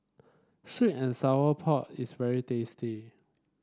sweet and Sour Pork is very tasty